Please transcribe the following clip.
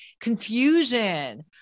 confusion